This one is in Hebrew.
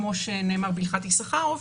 כמו שנאמר בהלכת יששכרוב,